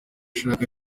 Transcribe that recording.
ashaka